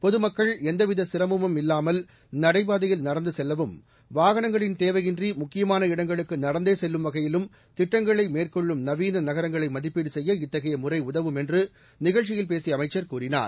பொதுமக்கள் எந்தவித சிரமமும் இல்லாமல் நடைபாதையில் நடந்து செல்லவும் வாகனங்களின் தேவையின்றி முக்கியமான இடங்களுக்கு நடந்தே செல்லும் வகையிலும் திட்டங்களை மேற்கொள்ளும் நவீன நகரங்களை மதிப்பீடு செய்ய இத்தகைய முறை உதவும் என்று நிகழ்ச்சியில் பேசிய அமைச்சர் கூறினார்